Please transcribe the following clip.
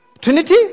Trinity